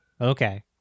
Okay